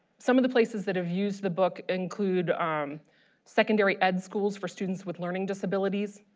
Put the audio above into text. some of the places that have used the book include um secondary ed schools for students with learning disabilities,